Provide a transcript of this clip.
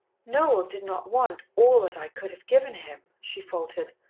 noel did not want all that i could have given him, she faltered.